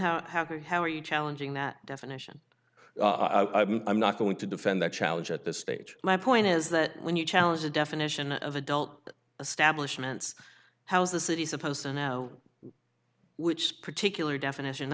happens how are you challenging that definition i'm not going to defend that challenge at this stage my point is that when you challenge the definition of adult establishment how is the city supposed to know which particular definition